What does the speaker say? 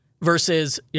versus